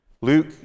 Luke